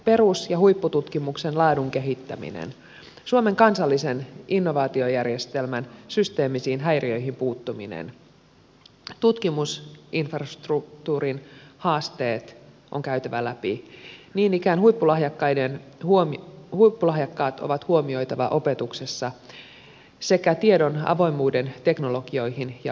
perus ja huippututkimuksen laadun kehittäminen suomen kansallisen innovaatiojärjestelmän systeemisiin häiriöihin puuttuminen tutkimus infrastruktuurin haasteet on käytävä läpi niin ikään huippulahjakkaat on huomioitava opetuksessa sekä tiedon avoimuus teknologioihin ja palveluihin